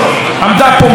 ראש הממשלה,